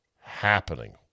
Happening